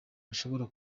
ashobora